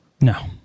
No